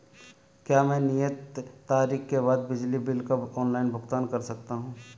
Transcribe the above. क्या मैं नियत तारीख के बाद बिजली बिल का ऑनलाइन भुगतान कर सकता हूं?